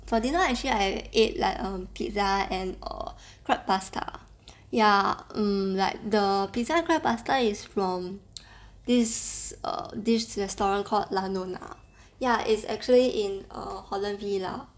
for dinner I actually ate like err pizza and err crab pasta ya mm like the pizza crab pasta is from this err this restaurant called launa ya it's actually in uh holland V lah